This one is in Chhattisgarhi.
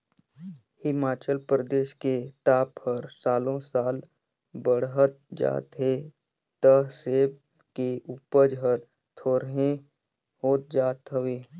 हिमाचल परदेस के ताप हर सालो साल बड़हत जात हे त सेब के उपज हर थोंरेह होत जात हवे